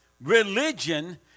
Religion